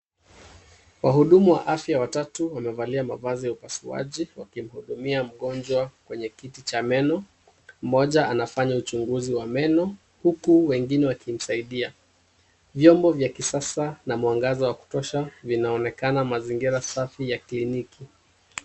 Wahudumu wa afya watatu wamevalia mavazi ya upasuaji wakimuhudumia mgonjwa kwenye kiti cha meno , mmoja anafanya uchunguzi wa meno huku wengine wakimsaidia, vyombo vya kisasa na mwangaza wa kutosha vinaonekana mazingira Safi ya cliniki.